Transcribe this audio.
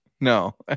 No